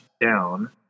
down